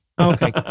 Okay